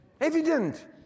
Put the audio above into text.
evident